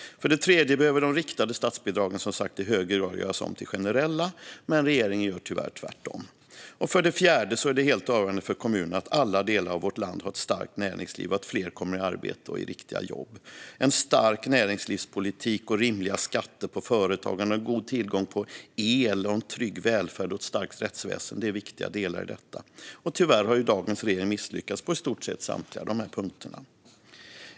För det tredje behöver de riktade statsbidragen som sagt i högre grad göras om till generella. Regeringen gör tyvärr tvärtom. För det fjärde är det helt avgörande för kommunerna att alla delar av vårt land har ett starkt näringsliv och att fler kommer i arbete i riktiga jobb. En stark näringslivspolitik, rimliga skatter på företagande, god tillgång på el, en trygg välfärd och ett starkt rättsväsen är viktiga delar i detta. Tyvärr har dagens regering misslyckats på i stort sett samtliga av dessa punkter.